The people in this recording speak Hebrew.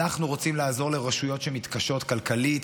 אנחנו רוצים לעזור לרשויות שמתקשות כלכלית,